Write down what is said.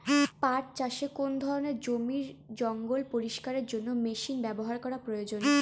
পাট চাষে কোন ধরনের জমির জঞ্জাল পরিষ্কারের জন্য মেশিন ব্যবহার করা প্রয়োজন?